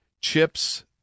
chips